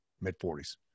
mid-40s